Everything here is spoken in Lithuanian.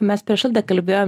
mes prišaldė kalbėti